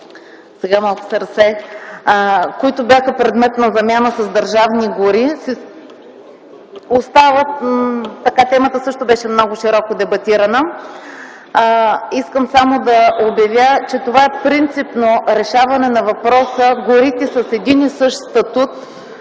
горски терени, които бяха предмет на замяна с държавни гори, темата беше също много широко дебатирана. Искам само да обявя, че това принципно решаване на въпроса, горите с един и същи статут,